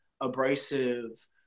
abrasive